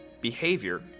behavior